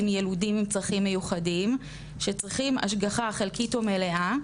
ילודים עם צרכים מיוחדים שצריכים השגחה חלקית או מלאה,